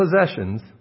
possessions